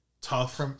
tough